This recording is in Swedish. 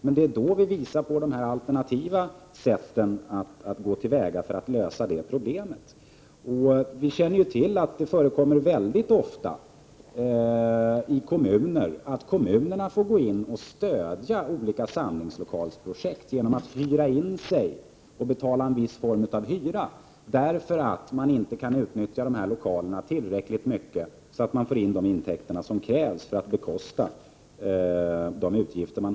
Men det är i detta sammanhang som vi föreslår alternativa tillvägagångssätt för att lösa problemet. Vi känner till att det mycket ofta förekommer att kommunerna får gå in och stödja olika samlingslokalsprojekt och betala en viss hyra på grund av att lokalerna inte kan utnyttjas tillräckligt mycket för att utgifterna skall kunna täckas av intäkterna.